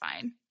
fine